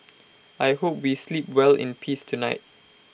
I hope we sleep well in peace tonight